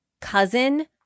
cousin